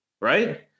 right